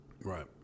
right